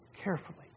carefully